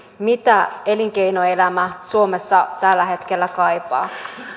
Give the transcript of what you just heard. mitä elinkeinoelämä suomessa tällä hetkellä kaipaa